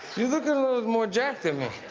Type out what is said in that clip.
you look more jack than me